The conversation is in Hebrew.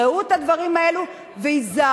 ראו את הדברים האלה והיזהרו,